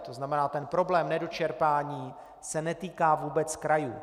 To znamená, problém nedočerpání se netýká vůbec krajů.